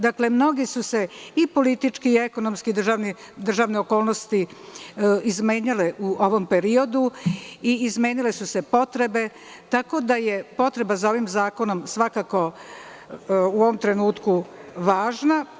Dakle, mnoge su se i političke i ekonomske državne okolnosti izmenjale u ovom periodu i izmenile su se potrebe, tako da je potreba za ovim zakonom svakako u ovom trenutku važna.